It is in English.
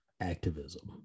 activism